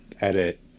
edit